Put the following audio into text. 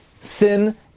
sin